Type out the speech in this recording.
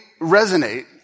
resonate